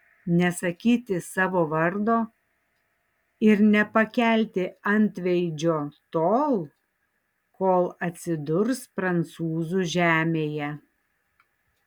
nesakyti savo vardo ir nepakelti antveidžio tol kol atsidurs prancūzų žemėje